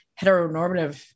heteronormative